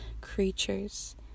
creatures